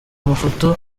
amafoto